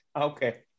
Okay